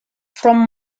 from